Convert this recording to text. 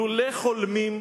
לולא חולמים,